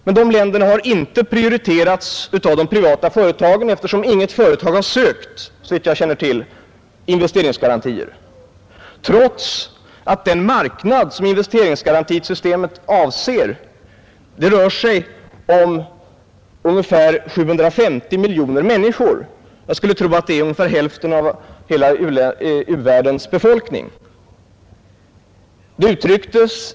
Men de länderna har inte prioriterats av de privata företagen, eftersom inga företag, såvitt jag känner till, har sökt investeringsgarantier, trots att den marknad som investeringsgarantisystemet avser rör sig om ungefär 750 miljoner människor. Jag skulle tro att det är ungefär hälften av hela u-världens befolkning.